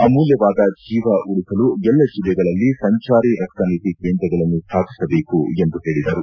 ಅಮೂಲ್ಕವಾದ ಜೀವ ಉಳಿಸಲು ಎಲ್ಲ ಜಿಲ್ಲೆಗಳಲ್ಲಿ ಸಂಜಾರಿ ರಕ್ತ ನಿಧಿ ಕೇಂದ್ರಗಳನ್ನು ಸ್ಥಾಪಿಸಬೇಕು ಎಂದು ಹೇಳಿದರು